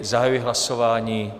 Zahajuji hlasování.